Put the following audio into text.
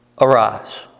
arise